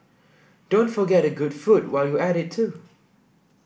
don't forget the good food while you're at it too